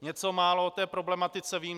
Něco málo o té problematice vím.